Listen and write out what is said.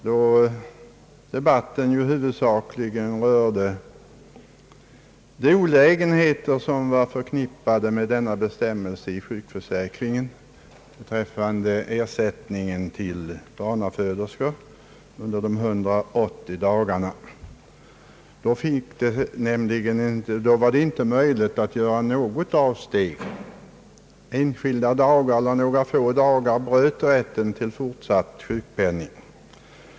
Då rörde den huvudsakligen de olägenheter som var förknippade med bestämmelsen i den allmänna sjukförsäkringen om ersättning till barnaföderskor under 180 dagar efter förlossningen. Det fanns då inte möjlighet till några som helst avsteg från denna bestämmelse. Om kvinnan arbetade bara några få dagar bröt det rätten att erhålla fortsatt sjukpenning.